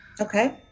Okay